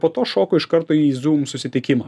po to šoku iš karto į zoom susitikimą